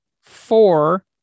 four